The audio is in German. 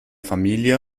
familie